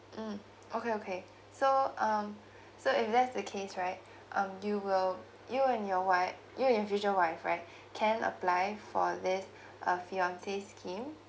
mm okay okay so um so if that's the case right um you will you and your wife you and your future wife right can apply for this uh fiancé scheme